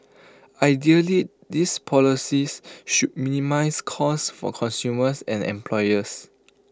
ideally these policies should minimise cost for consumers and employers